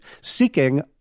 seeking